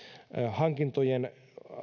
hankintojen